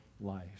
life